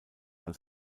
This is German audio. als